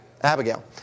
Abigail